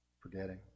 Forgetting